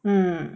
mm